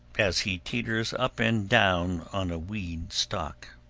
as he teeters up and down on a weed stalk.